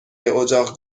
اجاق